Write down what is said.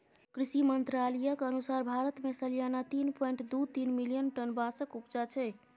कृषि मंत्रालयक अनुसार भारत मे सलियाना तीन पाँइट दु तीन मिलियन टन बाँसक उपजा छै